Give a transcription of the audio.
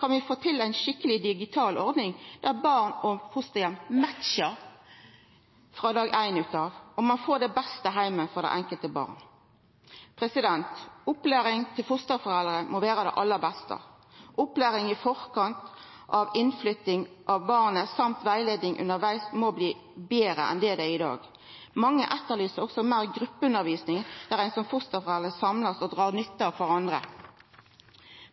kan vi ein gong der framme få til ei skikkeleg digital ordning, der barn og fosterheim matchar frå dag éin, og ein får den beste heimen for det enkelte barnet. Opplæringa til fosterforeldra må vera den aller beste. Opplæring i forkant av innflytting av barnet samt rettleiing undervegs må bli betre enn i dag. Mange etterlyser òg meir gruppeundervisning, der fosterforeldre kan samlast og dra nytte av kvarandre.